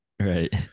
right